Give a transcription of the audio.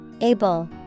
able